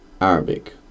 Arabic